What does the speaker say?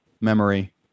memory